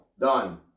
Done